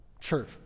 Church